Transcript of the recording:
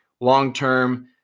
long-term